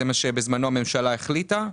זה מה שבזמנו הממשלה החליטה.